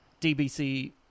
DBC